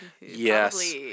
Yes